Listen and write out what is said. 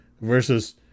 versus